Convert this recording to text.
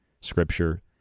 scripture